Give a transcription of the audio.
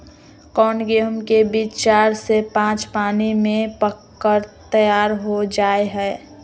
कौन गेंहू के बीज चार से पाँच पानी में पक कर तैयार हो जा हाय?